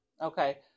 okay